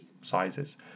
sizes